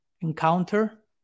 encounter